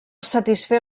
satisfer